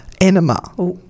Enema